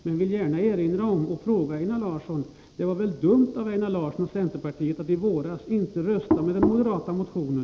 Jag vill gärna fråga Einar Larsson, om det inte vara dumt av Einar Larsson och centerpartiet att i våras inte rösta för den moderata motionen.